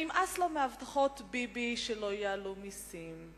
שנמאס לו מהבטחות ביבי שלא יעלו מסים,